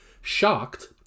Shocked